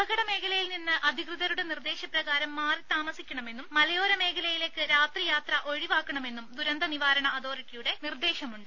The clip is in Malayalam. അപകട മേഖലയിൽനിന്ന് അധികൃതരുടെ നിർദ്ദേശപ്രകാരം മാറിതാമസിക്കണമെന്നും മലയോര മേഖലകളിലേക്ക് രാത്രിയാത്ര ഒഴിവാക്കണമെന്നും ദുരന്തനിവാരണ അതോറിറ്റിയുടെ നിർദ്ദേശമുണ്ട്